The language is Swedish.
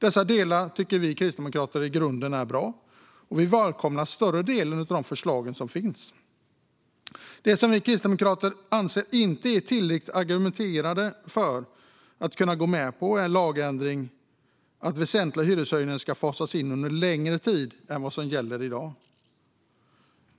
Dessa delar tycker vi kristdemokrater i grunden är bra, och vi välkomnar de flesta förslagen. Kristdemokraterna anser dock att det inte finns tillräckliga argument för att ändra lagen så att väsentliga hyreshöjningar ska fasas in under längre tid än vad som gäller i dag.